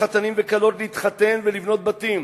אסור לחתנים וכלות להתחתן ולבנות בתים,